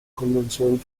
konvention